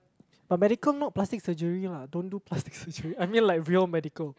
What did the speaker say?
but medical not plastic surgery lah don't do plastic surgery I mean like real medical